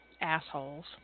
Assholes